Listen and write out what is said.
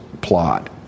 plot